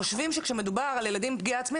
חושבים שכשמדובר על ילדים עם פגיעה עצמית